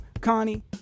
Connie